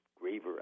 graver